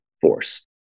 force